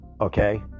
Okay